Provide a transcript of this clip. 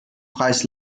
preis